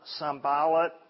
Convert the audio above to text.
Sambalat